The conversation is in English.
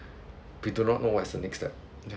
we do not know what is the next step ya